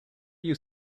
you